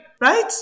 right